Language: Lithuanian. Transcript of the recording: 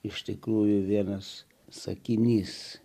iš tikrųjų vienas sakinys